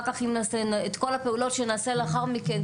את כל הפעולות שנעשה לאחר מכן,